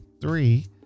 Three